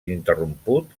ininterromput